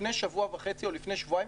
לפני שבוע וחצי או לפני שבועיים,